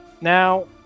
Now